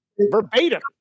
Verbatim